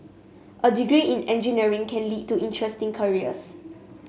a degree in engineering can lead to interesting careers